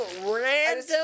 random